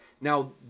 Now